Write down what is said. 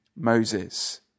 Moses